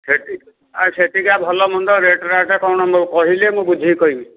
ସେଠ ସେଠିକା ଭଲମନ୍ଦ ରେଟ୍ ରାଟ୍ କ'ଣ କହିଲେ ମୁଁ ବୁଝିକି କହିବି